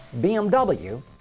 BMW